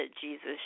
Jesus